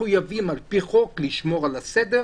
שיהיו חייבים על פי חוק לשמור על הסדר.